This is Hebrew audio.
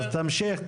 אז תמשיך,